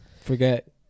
Forget